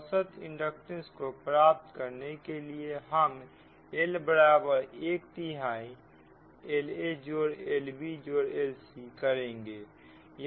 औसत इंडक्टेंस को प्राप्त करने के लिए हम L बराबर एक तिहाई Laजोड़ Lbजोड़ Lc करेंगे